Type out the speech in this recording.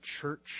church